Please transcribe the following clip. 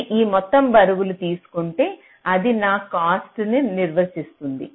నేను ఈ మొత్తం బరువులు తీసుకుంటే అది నా కాస్ట్ ను నిర్వచిస్తుంది